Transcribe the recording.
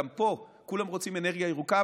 גם פה כולם רוצים אנרגיה ירוקה,